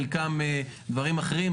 חלקם דברים אחרים,